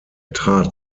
trat